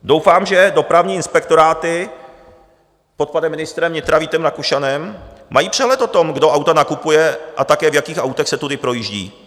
Doufám, že dopravní inspektoráty pod panem ministrem vnitra Vítem Rakušanem mají přehled o tom, kdo auta nakupuje a také v jakých autech se tudy projíždí.